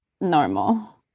normal